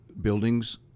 buildings